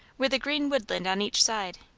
with a green woodland on each side,